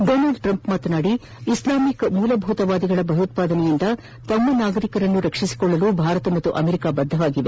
Donald Trump ಮಾತನಾಡಿ Islamic ಮೂಲಭೂತವಾದಿಗಳ ಭಯೋತ್ಪಾದನೆಯಿಂದ ತಮ್ಮ ನಾಗರಿಕರನ್ನು ರಕ್ಷಿಸಿಕೊಳ್ಳಲು ಭಾರತ ಹಾಗೂ ಅಮೆರಿಕಾ ಬದ್ದವಾಗಿವೆ